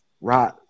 right